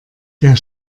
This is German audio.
der